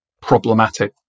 problematic